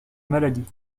maladie